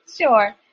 Sure